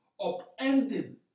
upending